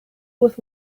with